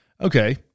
okay